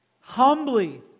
humbly